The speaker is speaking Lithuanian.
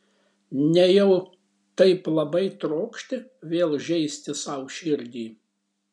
nejau taip labai trokšti vėl žeisti sau širdį